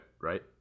right